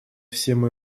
всем